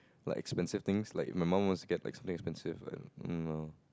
like expensive things like my mum wants to get like something expensive like no